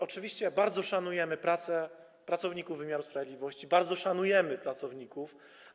Oczywiście bardzo szanujemy pracę pracowników wymiaru sprawiedliwości, bardzo szanujemy pracowników.